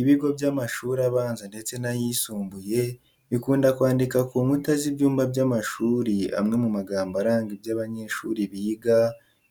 Ibigo by'amashuri abanza ndetse n'ayisumbuye bikunda kwandika ku nkuta z'ibyumba by'amashuri amwe mu magambo aranga ibyo abanyeshuri biga